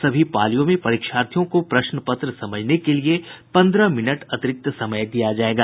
सभी पालियों में परीक्षार्थियों को पश्न पत्र समझने के लिए पन्द्रह मिनट अतिरिक्त समय दिया जायेगा